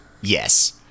Yes